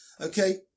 Okay